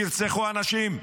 ירצחו אנשים,